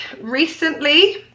recently